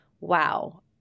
wow